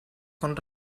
con